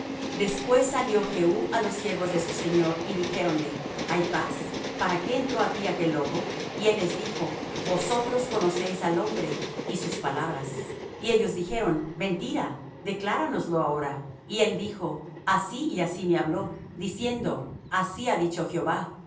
después salió jehú á los siervos de su señor y dijéronle hay paz para qué entró á ti aquel loco y él les dijo vosotros conocéis al hombre y sus palabras y ellos dijeron mentira decláranoslo ahora y él dijo así y así me habló diciendo así ha dicho jehová